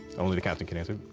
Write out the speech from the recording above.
only the captain can answer.